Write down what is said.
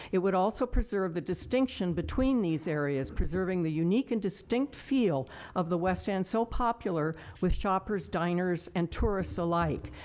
it would also preserve the distinction between these areas preserving the unique and distinct feel of the west end so popular with shoppers, diners, and tourists alike.